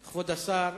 השר,